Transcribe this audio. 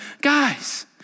guys